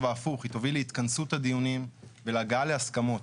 ההפוך - היא תוביל להתכנסות הדיונים ולהגעה להסכמות.